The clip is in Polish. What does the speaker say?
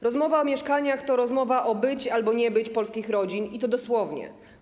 Rozmowa o mieszkaniach to rozmowa o być albo nie być polskich rodzin, i to dosłownie.